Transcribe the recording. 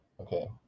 okay